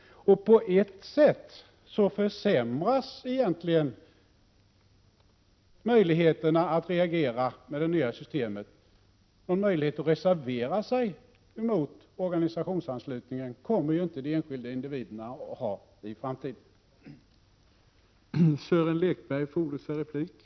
Möjligheterna att reagera försämras egentligen på ett sätt med det nya systemet. Någon möjlighet att reservera sig mot organisationsanslutningen — Prot. 1987/88:31 kommer ju inte den enskilde individen att ha i framtiden. 25 november 1987